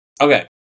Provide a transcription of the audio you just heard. Okay